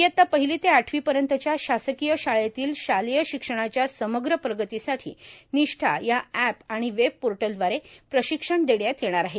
इयत्ता पहिली ते आठवी पर्यंतच्या शासकीय शाळेतील शालेय शिक्षणाच्या समग्र प्रगतीसाठी निष्ठा या एप आणि वेब पोर्टलव्दारे प्रशिक्षण देण्यात येणार आहे